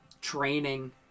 training